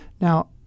Now